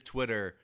Twitter